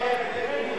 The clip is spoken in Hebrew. מסדר-היום את